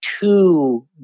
two